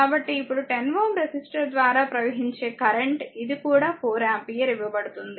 కాబట్టి ఇప్పుడు 10Ω రెసిస్టర్ ద్వారా ప్రవహించే కరెంట్ ఇది కూడా 4 ఆంపియర్ ఇవ్వబడుతుంది